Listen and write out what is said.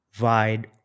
wide